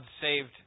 saved